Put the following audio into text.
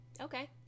okay